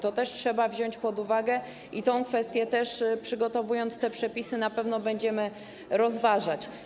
To trzeba wziąć pod uwagę i tę kwestię, przygotowując przepisy, na pewno będziemy rozważać.